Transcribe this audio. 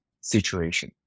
situation